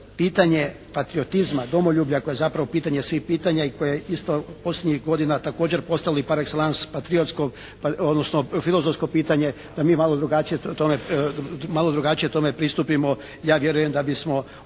pitanje patriotizma, domoljublja koje je zapravo pitanje svih pitanja i koje isto posljednjih godina također postali par exellance patriotsko, odnosno filozofsko pitanje da mi malo drugačije tome pristupimo. Ja vjerujem da bismo